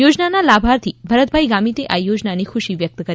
યોજનાના લાભાર્થી ભરતભાઈ ગામીતે આ યોજનાથી ખુશી વ્યક્ત કરી